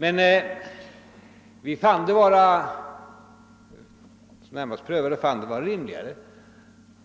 Men vid närmare prövning fann vi det vara rimligare